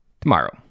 tomorrow